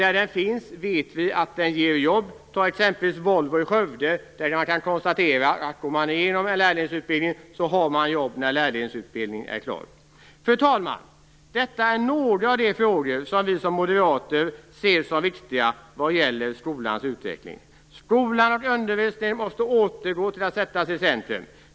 Vi vet att sådana utbildningar ger jobb. Vad gäller exempelvis Volvo i Skövde kan man konstatera att den som går igenom den lärlingsutbildning som finns där också har jobb när utbildningen är klar. Fru talman! Detta är några av de frågor som vi moderater ser som viktiga vad gäller skolans utveckling. Skolan och undervisningen måste åter sättas i centrum.